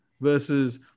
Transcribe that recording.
versus